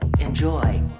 Enjoy